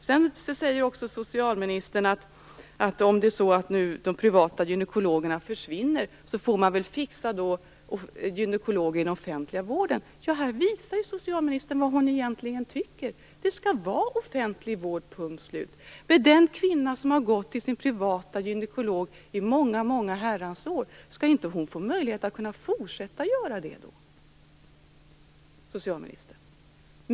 Hon säger också att om de privata gynekologerna försvinner så får man väl fixa gynekologer inom den offentliga vården. Här visar socialministern vad hon egentligen tycker. Det skall vara offentlig vård - punkt slut. Skall inte den kvinna som har gått till sin privata gynekolog i många herrans år få möjlighet att fortsätta göra det, socialministern?